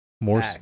more